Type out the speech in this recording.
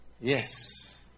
yes